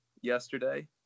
yesterday